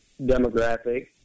demographic